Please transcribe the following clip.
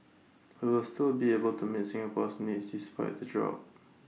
we will still be able to meet Singapore's needs despite the drop